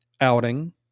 outing